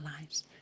lives